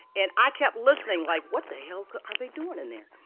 and i kept listening, like what the hell are they doing in there?